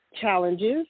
challenges